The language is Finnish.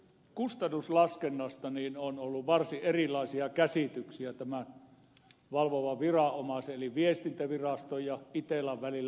kustannuslaskennasta on ollut varsin erilaisia käsityksiä tämän valvovan viranomaisen eli viestintäviraston ja itellan välillä